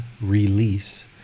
release